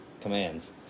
commands